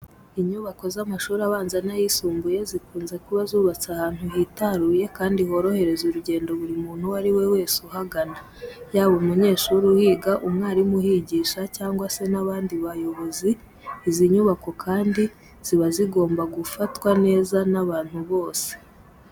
Inyubako z'amashuri abanza n'ayisumbuye zikunze kuba zubatse ahantu hitaruye kandi horohereza urugendo buri muntu uwo ari we wese uhagana, yaba umunyeshuri uhiga, umwarimu uhigisha cyangwa se n'abandi bayobozi. Izi nyubako kandi ziba zigomba gufatwa neza n'abantu bose.